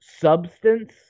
substance